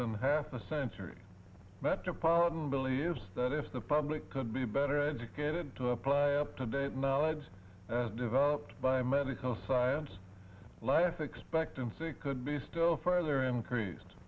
than half a century metropolitan believes that if the public could be better educated to apply up to date now it's developed by medical science life expectancy could be still further increased